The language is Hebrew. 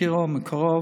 שאני מכירו מקרוב,